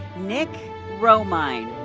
nick romine.